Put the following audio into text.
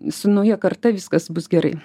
su nauja karta viskas bus gerai